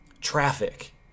traffic